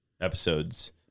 episodes